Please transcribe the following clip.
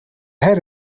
had